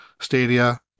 Stadia